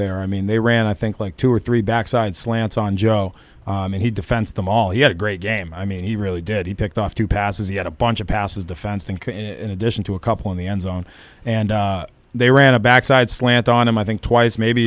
there i mean they ran i think like two or three back side slants on joe and he defense them all he had a great game i mean he really did he picked off two passes he had a bunch of passes defense think in addition to a couple in the end zone and they ran a backside slant on him i think twice maybe